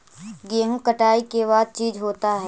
गेहूं कटाई के बाद का चीज होता है?